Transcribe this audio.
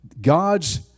God's